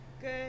Good